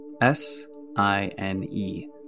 S-I-N-E